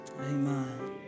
Amen